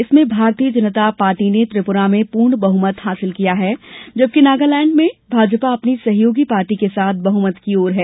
इसमें भारतीय जनता पार्टी ने त्रिपुरा में पूर्ण बहुमत हासिल किया है जबकि नागालैंड में भाजपा अपनी सहयोगी पार्टी के साथ बहुमत की ओर है